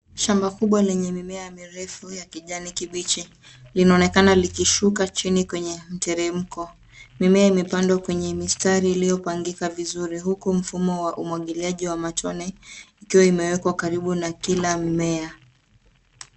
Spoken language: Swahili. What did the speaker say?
Shamba kubwa lenye mimea mirefu ya kijani kibichi linaonekana likishuka chini kwenye mteremko. Mimea imepandwa kwenye mistari iliyopangika vizuri huku mfumo wa umwagiliaji wa matone ikiwa imewekwa karibu na kila mmea.